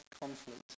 conflict